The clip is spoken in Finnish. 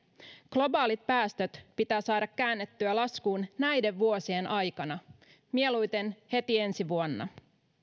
globaalit päästöt pitää saada käännettyä laskuun näiden vuosien aikana mieluiten heti ensi vuonna